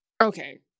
Okay